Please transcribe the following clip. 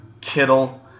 Kittle